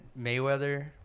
Mayweather